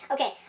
Okay